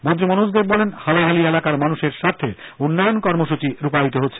মন্ত্রী মনোজ দেব বলেন হালহালি এলাকার মানুষের স্বার্থে উন্নয়ন কর্মসূচি রূপায়িত হচ্ছে